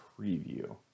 preview